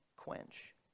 quench